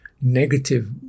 negative